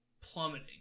plummeting